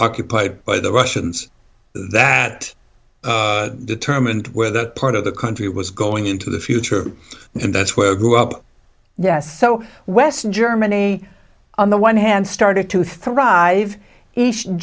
occupied by the russians that determined where that part of the country was going into the future and that's where grew up yes so west german a on the one hand started to arrive in